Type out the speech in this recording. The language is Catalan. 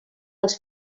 els